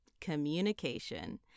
communication